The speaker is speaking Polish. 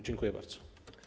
Dziękuję bardzo.